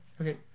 okay